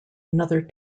another